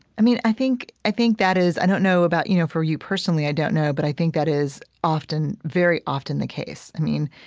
i mean, i think i think that is i don't know about, you know, for you personally, i don't know, but i think that is very often the case. i mean,